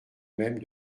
même